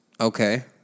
Okay